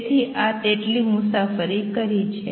તેથી તેટલી મુસાફરી કરી છે